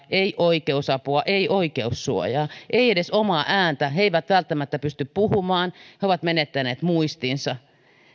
ei oikeusapua ei oikeussuojaa ei edes omaa ääntä he eivät välttämättä pysty puhumaan he ovat menettäneet muistinsa